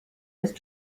ist